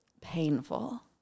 painful